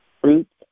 Fruits